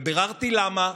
ביררתי למה.